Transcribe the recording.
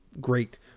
great